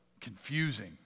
confusing